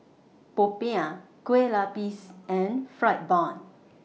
Popiah Kue Lupis and Fried Bun